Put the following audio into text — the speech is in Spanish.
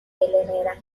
herrera